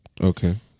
Okay